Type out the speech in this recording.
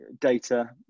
data